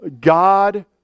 God